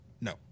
No